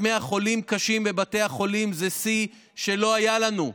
1,100 חולים קשים בבתי חולים זה שיא שלא היה לנו,